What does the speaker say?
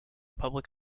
public